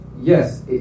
yes